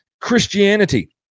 Christianity